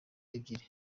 ebyiri